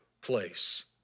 place